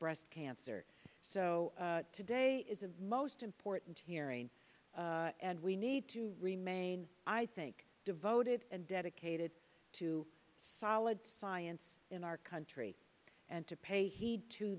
breast cancer so today is a most important hearing and we need to remain i think devoted and dedicated to solid science in our country and to pay heed to